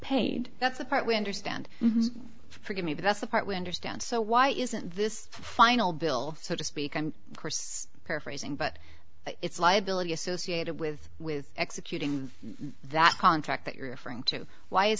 paid that's the part we understand forgive me that's the part winder stance so why isn't this final bill so to speak i'm paraphrasing but it's liability associated with with executing that contract that you're referring to why is